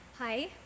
Hi